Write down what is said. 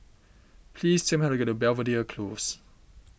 please tell me how to get to Belvedere Close